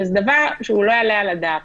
וזה דבר שהוא לא יעלה על הדעת,